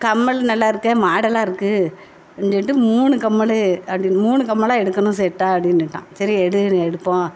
கம்மல் நல்லாயிருக்கே மாடலாக இருக்குது னு சொல்லிட்டு மூணு கம்மல் அப்படின் மூணு கம்மலாக எடுக்கணும் செட்டாக அப்படின்னுட்டான் சரி எடுன்னு எடுப்போம்